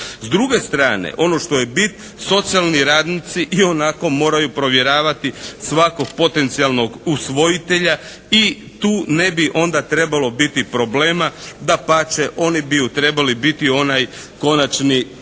S druge strane ono što je bit socijalni radnici ionako moraju provjeravati svakog potencijalnog usvojitelja i tu ne bi onda trebalo biti problema. Dapače oni bi trebali biti onaj konačni